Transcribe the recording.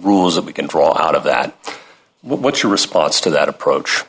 rules that we can draw out of that what's your response to that approach